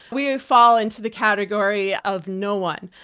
we fall into the category of no one,